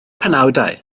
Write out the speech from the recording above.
penawdau